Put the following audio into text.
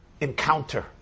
encounter